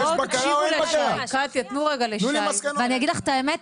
ואני אגיד לך את האמת,